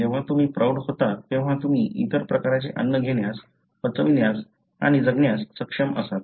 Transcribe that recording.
जेव्हा तुम्ही प्रौढ होतात तेव्हा तुम्ही इतर प्रकारचे अन्न घेण्यास पचवण्यास आणि जगण्यास सक्षम असाल